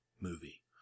movie